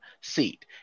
seat